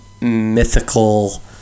mythical